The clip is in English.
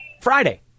Friday